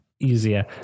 easier